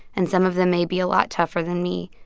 and some of them may be a lot tougher than me,